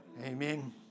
Amen